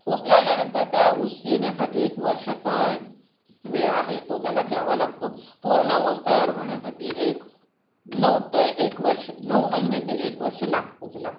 ऊस लावल्यानंतर त्या ऊस येण्यासाठी एक वर्षाचा वेळ आहे तो त्याला द्यावा लागतो पूर्ण ऊस तयार होण्यासाठी एक नऊ ते एक वर्ष नऊ महिने ते एक वर्ष लागतंच लागतं